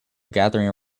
gathering